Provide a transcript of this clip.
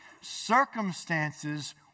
Circumstances